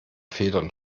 federn